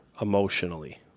emotionally